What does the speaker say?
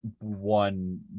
one